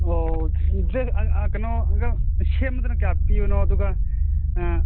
ꯑꯣ ꯗ꯭ꯔꯦꯁ ꯀꯩꯅꯣ ꯑꯥ ꯁꯦꯝꯕꯗꯅ ꯀꯌꯥ ꯄꯤꯕꯅꯣ ꯑꯗꯨꯒ